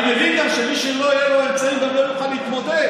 אני מבין גם שמי שלא יהיו לו אמצעים לא יוכל להתמודד.